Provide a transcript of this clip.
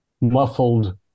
muffled